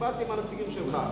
דיברתי עם הנציגים שלך.